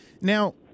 Now